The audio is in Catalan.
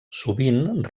sovint